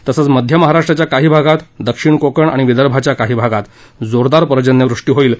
तसंच मध्य महाराष्ट्राच्या काही भागात दक्षिण कोकण आणि विदर्भाच्या काही भागात जोरदार पर्जन्यवृष्टी होईल